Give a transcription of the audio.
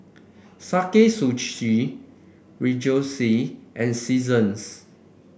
Sakae Sushi Rejoice and Seasons